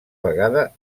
vegada